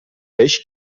beş